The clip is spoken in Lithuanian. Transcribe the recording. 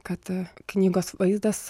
kad aa knygos vaizdas